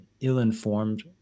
ill-informed